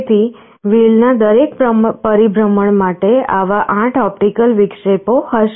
તેથી વ્હીલ ના દરેક પરિભ્રમણ માટે આવા 8 ઓપ્ટિકલ વિક્ષેપો હશે